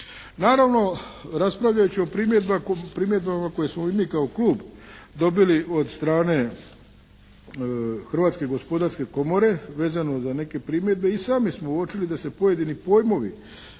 Naravno raspravljajući o primjedbama koje smo i mi kao klub dobili od strane Hrvatske gospodarske komore vezano za neke primjedbe i sami smo uočili da se pojedini pojmovi